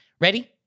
Ready